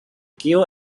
gill